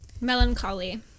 Melancholy